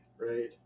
right